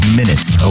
minutes